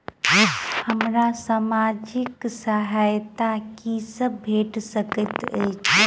हमरा सामाजिक सहायता की सब भेट सकैत अछि?